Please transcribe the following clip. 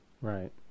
right